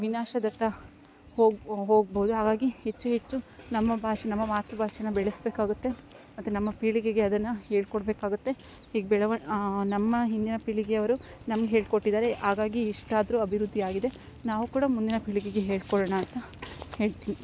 ವಿನಾಶದತ್ತ ಹೋಗ ಹೋಗಬೌದು ಹಾಗಾಗಿ ಹೆಚ್ಚು ಹೆಚ್ಚು ನಮ್ಮ ಭಾಷೆ ನಮ್ಮ ಮಾತೃ ಭಾಷೆನ ಬೆಳೆಸ್ಕಾಬೇಕಾಗುತ್ತೆ ಮತ್ತೆ ನಮ್ಮ ಪೀಳಿಗೆಗೆ ಅದನ್ನು ಹೇಳಿಕೊಡ್ಬೇಕಾಗುತ್ತೆ ಹೀಗೆ ಬೆಳವಣ ನಮ್ಮ ಹಿಂದಿನ ಪೀಳಿಗೆಯವರು ನಮ್ಗೆ ಹೇಳ್ಕೊಟ್ಟಿದ್ದಾರೆ ಹಾಗಾಗಿ ಇಷ್ಟಾದರು ಅಭಿವೃದ್ಧಿ ಆಗಿದೆ ನಾವು ಕೂಡ ಮುಂದಿನ ಪೀಳಿಗೆಗೆ ಹೇಳ್ಕೊಡೋಣ ಅಂತ ಹೇಳ್ತೀನಿ